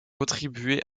contribué